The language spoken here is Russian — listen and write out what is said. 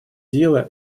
дела